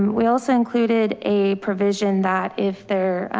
um we also included a provision that if there,